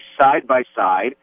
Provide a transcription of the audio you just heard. side-by-side